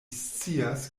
scias